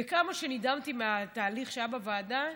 וכמה שנדהמתי מהתהליך שהיה בוועדה,